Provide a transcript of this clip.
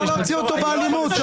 צריך להוציא אותו באלימות.